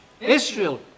Israel